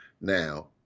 Now